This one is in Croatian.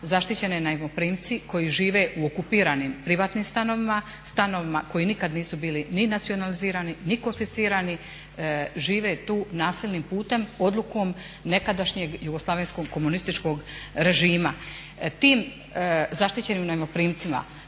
zaštićeni najmoprimci koji žive u okupiranim privatnim stanovima, stanovima koji nikad nisu bili ni nacionalizirani ni konfiscirani žive tu nasilnim putem odlukom nekadašnjeg jugoslavenskog komunističkog režima. Tim zaštićenim najmoprimcima